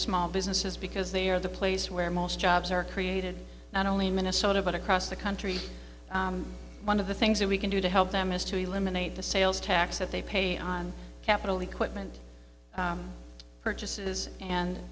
small businesses because they are the place where most jobs are created not only in minnesota but across the country one of the things that we can do to help them is to eliminate the sales tax that they pay on capital equipment purchases and